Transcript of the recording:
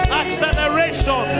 acceleration